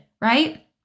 right